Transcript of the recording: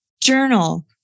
journal